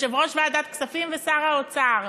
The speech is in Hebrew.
יושב-ראש ועדת הכספים ושר האוצר,